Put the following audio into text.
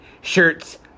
Shirts